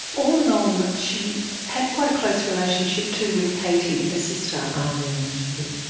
all along she had quite a close relationship too with katie, her sister. i'll yes, she did.